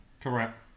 Correct